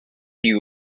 you